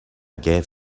gave